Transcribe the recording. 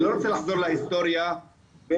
אני לא רוצה לחזור להיסטוריה ואיך